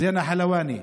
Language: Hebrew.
זינה אל-חלוואני,